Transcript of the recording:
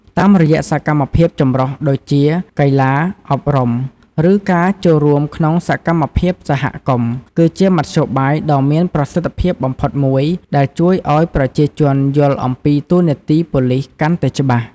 តាមរយៈសកម្មភាពចម្រុះ ដូចជា កីឡា អប់រំ ឬការចូលរួមក្នុងសកម្មភាពសហគមន៍ គឺជាមធ្យោបាយដ៏មានប្រសិទ្ធភាពបំផុតមួយដែល ជួយឲ្យប្រជាជនយល់អំពីតួនាទីប៉ូលិសកាន់តែច្បាស់។